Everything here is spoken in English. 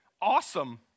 awesome